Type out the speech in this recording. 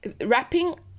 Wrapping